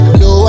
no